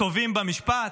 תובעים במשפט,